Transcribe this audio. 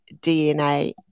DNA